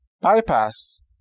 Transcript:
bypass